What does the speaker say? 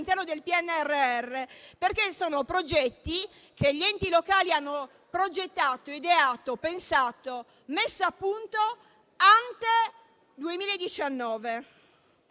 del PNRR, perché sono progetti che gli enti locali hanno progettato, ideato, pensato e messo a punto prima del 2019.